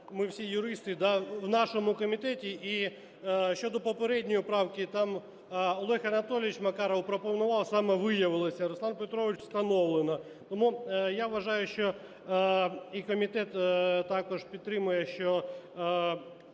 ми всі юристи, да, в нашому комітеті. І щодо попередньої правки, там Олег Анатолійович Макаров пропонував саме "виявилося", а Руслан Петрович "встановлено". Тому я вважаю, і комітет також підтримує, що